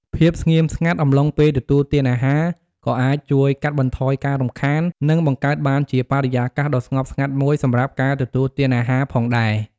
ភាពស្ងៀមស្ងាត់អំឡុងពេលទទួលទានអាហារក៏អាចជួយកាត់បន្ថយការរំខាន និងបង្កើតបានជាបរិយាកាសដ៏ស្ងប់ស្ងាត់មួយសម្រាប់ការទទួលទានអាហារផងដែរ ។